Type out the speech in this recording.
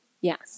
yes